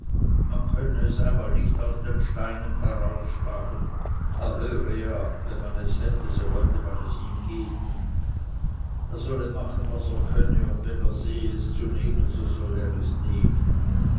man könne es einmal nicht aus den steinen herausschlagen er höre ja wenn man es hätte so wollte man es ihm geben er solle machen was er könne und wenn er sehe es zu nehmen so solle er es nehmen